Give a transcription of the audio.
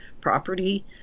property